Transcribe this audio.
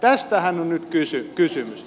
tästähän on nyt kysymys